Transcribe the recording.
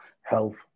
health